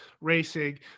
racing